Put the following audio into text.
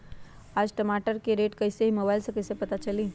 आज टमाटर के रेट कईसे हैं मोबाईल से कईसे पता चली?